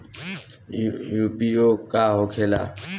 IPO का होखेला?